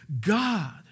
God